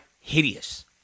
hideous